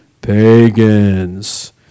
pagans